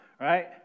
right